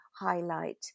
highlight